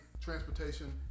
transportation